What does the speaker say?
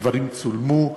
הדברים צולמו.